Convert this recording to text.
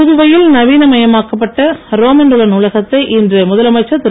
புதுவையில் நவீன மயமாக்கப்பட்ட ரோமன்ரோலண்ட் நாலகத்தை இன்று முதலமைச்சர் திரு